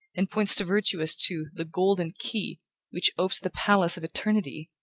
and points to virtue as to the golden key which opes the palace of eternity,